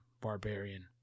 Barbarian